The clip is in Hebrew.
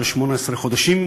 של 18 חודשים.